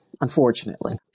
unfortunately